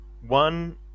One